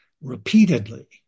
repeatedly